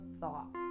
Thoughts